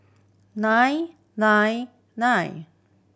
nine nine nine